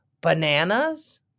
Bananas